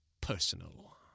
personal